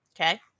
okay